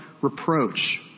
reproach